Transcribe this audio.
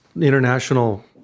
international